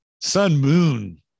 sun-moon